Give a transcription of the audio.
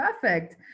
perfect